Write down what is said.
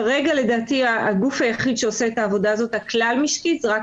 כרגע לדעתי הגוף היחיד שעושה את העבודה הזאת הכלל-משקית זה רק